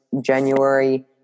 January